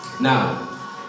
Now